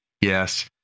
Yes